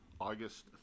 August